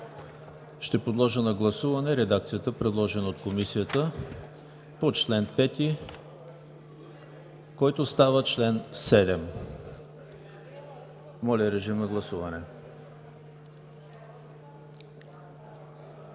Ще подложа на гласуване редакцията, предложена от Комисията по чл. 5, който става чл. 7. Моля, гласувайте.